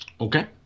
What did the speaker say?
Okay